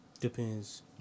depends